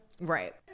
Right